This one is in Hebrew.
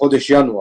בחודש ינואר.